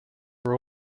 were